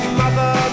mother